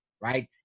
right